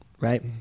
right